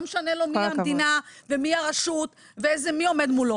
לא משנה לו מי המדינה ומי הרשות ומי עומד מולו.